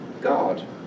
God